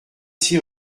six